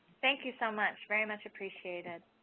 thank you so much, very much appreciated.